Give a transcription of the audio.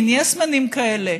מין "יס מן" כאלה,